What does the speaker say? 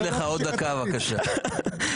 אני